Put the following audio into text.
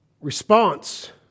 Response